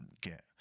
get